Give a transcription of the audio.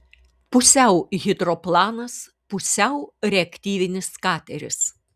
pusiau hidroplanas pusiau reaktyvinis kateris